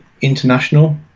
international